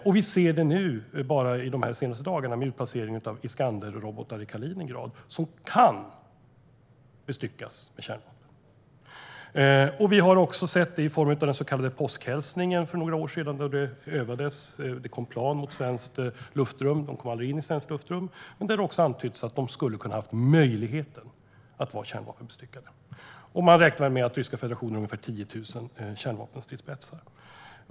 Och vi ser det nu, bara under de senaste dagarna, med utplaceringen av Iskanderrobotar i Kaliningrad, som kan bestyckas med kärnvapen. Vi såg det också i form av den så kallade påskhälsningen för några år sedan. Det övades med plan som kom mot svenskt luftrum. De kom aldrig in över svenskt luftrum. Men det har också antytts att det hade varit möjligt för dem att vara kärnvapenbestyckade. Man räknar med att den ryska federationen har ungefär 10 000 kärnvapenstridsspetsar.